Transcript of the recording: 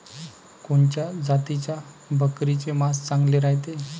कोनच्या जातीच्या बकरीचे मांस चांगले रायते?